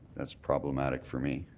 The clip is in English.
that's problematic for me.